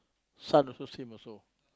son also same also